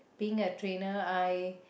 being a trainer I